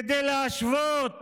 כדי להשוות